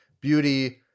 beauty